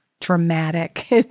dramatic